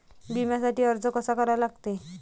बिम्यासाठी अर्ज कसा करा लागते?